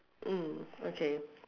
mm okay